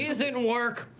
yeah didn't work!